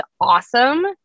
awesome